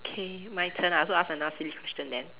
K my turn I'll also ask another silly question then